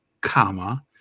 comma